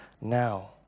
now